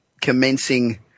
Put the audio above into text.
commencing